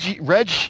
Reg